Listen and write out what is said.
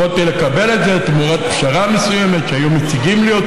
יכולתי לקבל את זה תמורת פשרה מסוימת שהיו מציגים לי.